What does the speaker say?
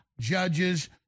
judges